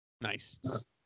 Nice